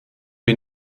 wir